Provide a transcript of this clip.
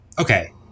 Okay